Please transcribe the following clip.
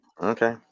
Okay